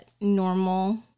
normal